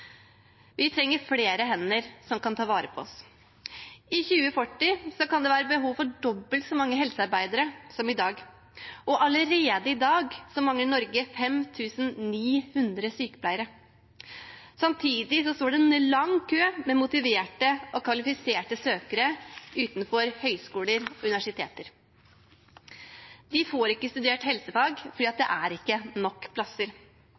Vi trenger flere hender som kan ta vare på oss. I 2040 kan det være behov for dobbelt så mange helsearbeidere som i dag. Allerede i dag mangler Norge 5 900 sykepleiere. Samtidig står det en lang kø av motiverte og kvalifiserte søkere utenfor høyskoler og universiteter. De får ikke studert helsefag fordi det ikke er nok plasser.